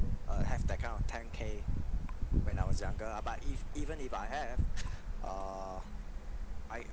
I have that kind of ten K when I was younger lah but ev~ even if I have err I